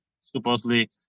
supposedly